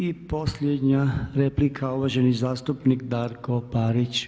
I posljednja replika uvaženi zastupnik Darko Parić.